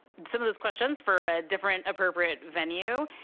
some of the questions for a different appropriate venue,